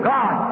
God